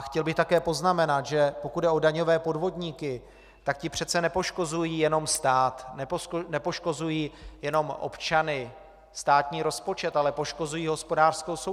Chtěl bych také poznamenat, že pokud jde o daňové podvodníky, tak ti přece nepoškozují jenom stát, nepoškozují jenom občany, státní rozpočet, ale poškozují i hospodářskou soutěž.